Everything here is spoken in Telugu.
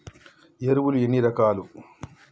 ఎరువులు ఎన్ని రకాలు?